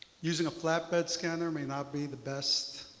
using a flatbed scanner may not be the best